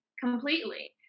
completely